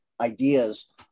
ideas